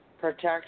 protection